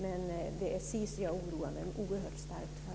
Men det är Sisus som jag oroar mig oerhört starkt för.